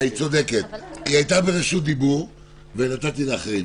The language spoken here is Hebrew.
היא הייתה ברשות דיבור ונתתי לאחרים.